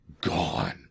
gone